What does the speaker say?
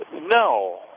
No